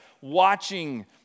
Watching